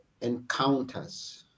encounters